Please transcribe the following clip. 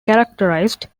characterized